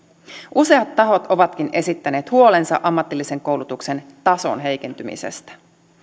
useat tahot ovatkin esittäneet huolensa ammatillisen koulutuksen tason heikentymisestä